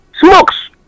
smokes